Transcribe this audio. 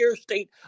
state